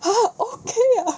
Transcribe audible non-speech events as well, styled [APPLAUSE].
[LAUGHS] okay ah